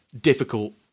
difficult